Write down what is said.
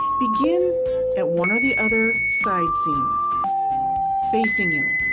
begin at one or the other side seams facing you.